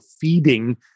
feeding